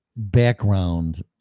Background